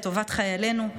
לטובת חיילינו,